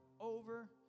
over